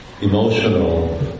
emotional